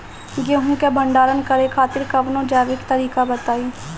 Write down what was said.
गेहूँ क भंडारण करे खातिर कवनो जैविक तरीका बताईं?